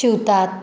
शिवतात